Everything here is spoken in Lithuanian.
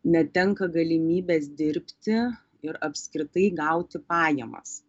netenka galimybės dirbti ir apskritai gauti pajamas